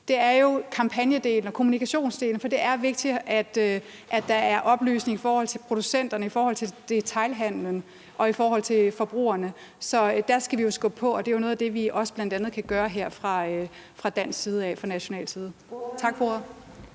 det, er kampagnedelen og kommunikationsdelen. For det er vigtigt, at der er oplysning i forhold til producenterne, i forhold til detailhandlen og i forhold til forbrugerne. Så der skal vi skubbe på, og det er jo noget af det, vi bl.a. også kan gøre her fra dansk side, fra national side. Tak for